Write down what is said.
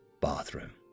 bathroom